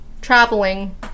traveling